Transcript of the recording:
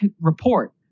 report